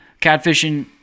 Catfishing